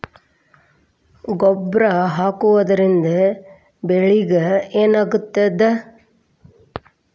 ಗೊಬ್ಬರ ಹಾಕುವುದರಿಂದ ಬೆಳಿಗ ಏನಾಗ್ತದ?